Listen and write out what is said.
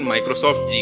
Microsoft